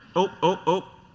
oh,